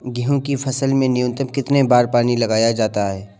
गेहूँ की फसल में न्यूनतम कितने बार पानी लगाया जाता है?